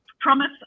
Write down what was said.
Promise